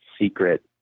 secret